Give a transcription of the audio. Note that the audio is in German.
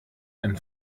ein